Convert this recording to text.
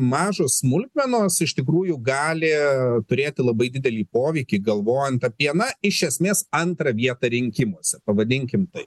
mažos smulkmenos iš tikrųjų gali turėti labai didelį poveikį galvojant apie na iš esmės antrą vietą rinkimuose pavadinkim taip